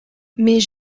mais